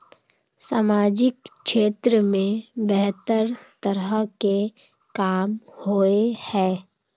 सामाजिक क्षेत्र में बेहतर तरह के काम होय है?